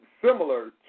similar